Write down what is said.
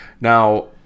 Now